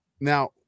Now